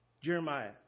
Jeremiah